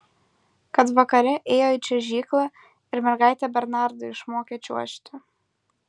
kad vakare ėjo į čiuožyklą ir mergaitė bernardą išmokė čiuožti